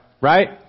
Right